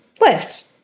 lift